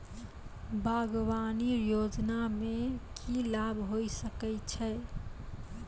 बागवानी योजना मे की लाभ होय सके छै?